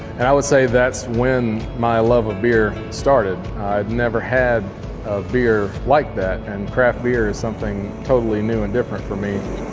and i would say that's when my love of beer started. i'd never had a beer like that and craft beer is something totally new and different for me.